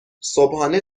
صبحانه